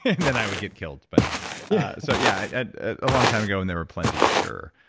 and then i would get killed. but yeah. so yeah and a long time ago, when they were plenty, sure.